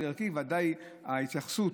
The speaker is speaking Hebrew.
ודאי ההתייחסות,